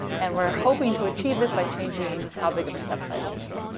and we're hoping to achieve this by changing how big of a step size we take.